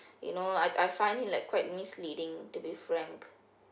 you know I I find it like quite misleading to be frank